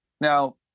Now